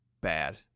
bad